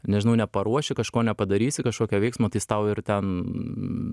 nežinau neparuoši kažko nepadarysi kažkokio veiksmo tai jis tau ir ten